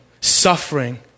suffering